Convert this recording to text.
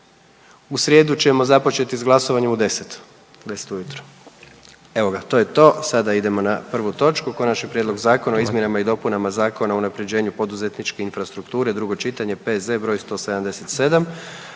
**Jandroković, Gordan (HDZ)** Evo ga, to je to, sada idemo na prvu točku: - Konačni prijedlog zakona o izmjenama i dopunama Zakona o unapređenju poduzetničke infrastrukture, drugo čitanje, P.Z. br. 177